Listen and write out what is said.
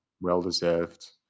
Well-deserved